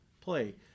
play